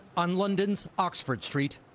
on london's oxford street.